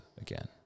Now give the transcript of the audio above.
again